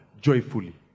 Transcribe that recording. joyfully